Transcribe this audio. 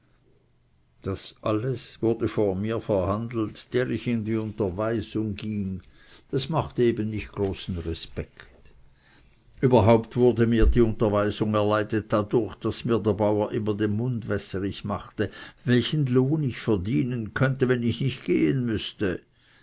das alles wurde vor mir verhandelt der ich in die unterweisung ging das machte eben nicht großen respekt überhaupt wurde mir die unterweisung erleidet dadurch daß mir der bauer immer den mund wässerig machte welchen lohn ich verdienen könnte wenn ich nicht gehen müßte